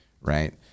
right